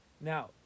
Now